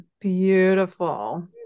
beautiful